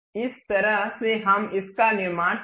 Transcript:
इस तरह से हम इसका निर्माण करते हैं